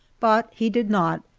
but he did not,